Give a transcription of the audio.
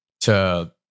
to-